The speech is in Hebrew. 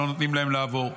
שלא נותנים להם לעבור.